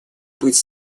быть